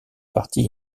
partie